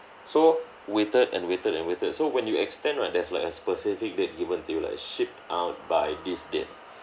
so waited and waited and waited so when you extend right there's like a specific date given to you like shipped out by this date